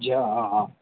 જી હા હા